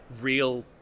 real